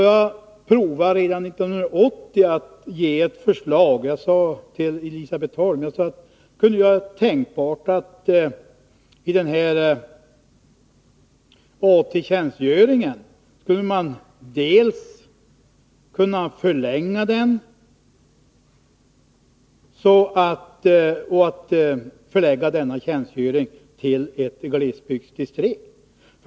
Jag försökte redan 1980 att ge ett förslag till Elisabet Holm. Jag sade att det kunde vara tänkbart att AT-tjänstgöringen kunde dels förlängas, dels förläggas till glesbygdsdistrikt.